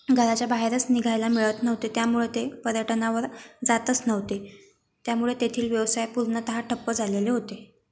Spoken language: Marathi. घराच्या बाहेरच निघायला मिळत नव्हते त्यामुळं ते पर्यटनावर जातच नव्हते त्यामुळे तेथील व्यवसाय पूर्णत ठप्प झालेले होते